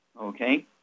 okay